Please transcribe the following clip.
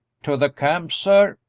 to the camp, sir.